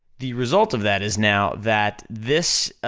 the result of that is now that this,